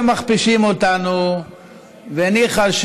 מכפישים אותנו וניחא,